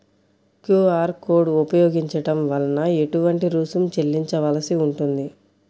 QR code ఉపయోగించటం వలన ఏటువంటి రుసుం చెల్లించవలసి ఉంటుంది?